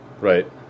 Right